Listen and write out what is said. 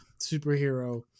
superhero